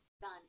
Done